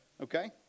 Okay